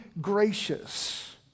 gracious